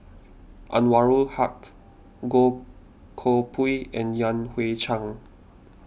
Anwarul Haque Goh Koh Pui and Yan Hui Chang